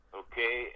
okay